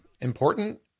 important